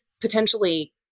potentially